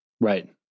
Right